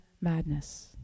madness